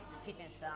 fitness